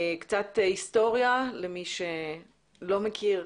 קצת היסטוריה למי שלא מכיר,